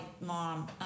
Mom